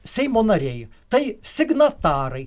naujojo seimo nariai tai signatarai